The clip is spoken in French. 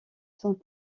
sont